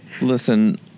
Listen